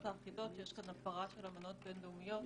האחידות ושיש כאן הפרה של אמנות בינלאומיות.